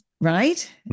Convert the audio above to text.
Right